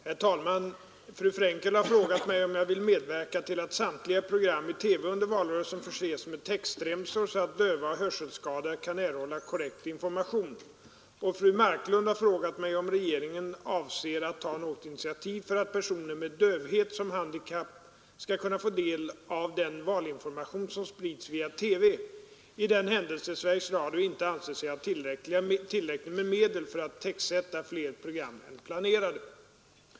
Herr talman! Fru Frenkel har frågat mig om jag vill medverka till att samtliga program i TV under valrörelsen förses med textremsor så att döva och hörselskadade kan erhålla korrekt information, och fru Marklund har frågat mig om regeringen avser att ta något initiativ för att personer med dövhet som handikapp skall kunna få full del av den valinformation som sprids via TV i den händelse Sveriges Radio inte anser sig ha tillräckligt med medel för att textsätta fler program än planerade.